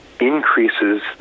increases